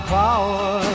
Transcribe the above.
power